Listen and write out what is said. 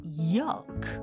Yuck